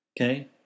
Okay